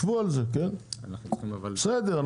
בסדר.